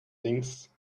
things